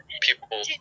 people